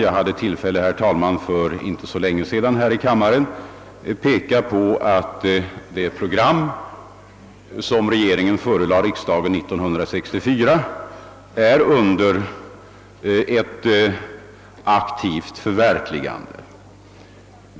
Jag hade tillfälle, herr talman, för inte så länge sedan att här i kammaren framhålla att det program som regeringen förelade riksdagen 1964 är under förverkligande.